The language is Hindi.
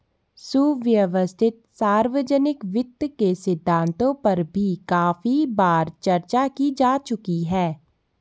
सुव्यवस्थित सार्वजनिक वित्त के सिद्धांतों पर भी काफी बार चर्चा की जा चुकी है